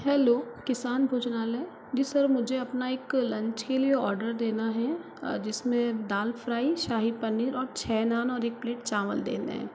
hello Kisan Bhojanalaya ji sir मुझे अपना एक लंच के लिए आर्डर देना है जिसमें दाल फ्राई शाही पनीर और छः नान और एक प्लेट चावल देने है